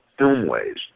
Filmways